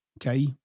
Okay